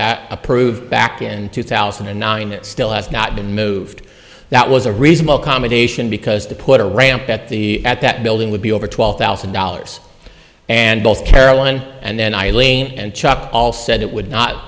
that approved back in two thousand and nine that still has not been moved that was a reasonable accommodation because to put a ramp at the at that building would be over twelve thousand dollars and both caroline and then i lame and chopped all said it would not